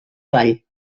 ball